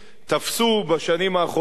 תפסו בשנים האחרונות,